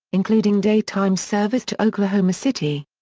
including daytime service to oklahoma city.